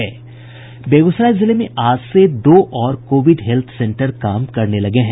बेगूसराय जिले में आज से दो और कोविड हेल्थ सेंटर काम करने लगे हैं